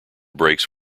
brakes